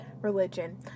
religion